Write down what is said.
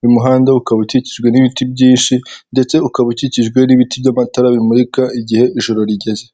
Uyu muhanda ukaba ukikijwe n'ibiti byinshi, ndetse ukaba ukikijwe n'ibiti by'amatara bimurika igihe ijoro rigeze.